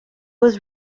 was